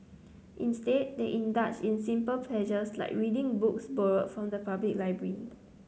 instead they indulge in simple pleasures like reading books borrowed from the public library